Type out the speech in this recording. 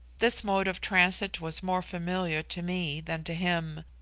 this mode of transit was more familiar to me than to him.